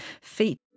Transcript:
feet